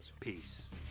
peace